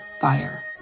fire